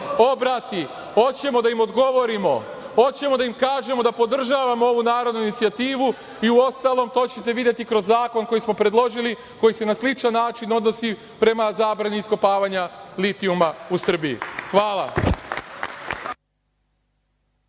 obrati, hoćemo da im odgovorimo, hoćemo da im kažemo da podržavamo ovu narodnu inicijativu i uostalom, to ćete videti kroz zakon koji smo predložili, koji se na sličan način odnosi prema zabrani iskopavanja litijuma u Srbiji. Hvala.